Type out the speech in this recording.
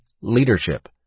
leadership